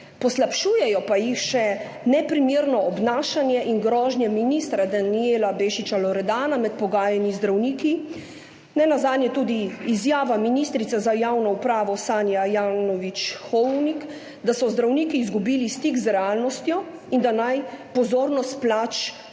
poslabšujejo pa jih še neprimerno obnašanje in grožnje ministra Danijela Bešiča Loredana med pogajanji z zdravniki, nenazadnje tudi izjava ministrice za javno upravo Sanje Ajanović Hovnik, da so zdravniki izgubili stik z realnostjo in da naj pozornost plač